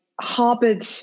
harbored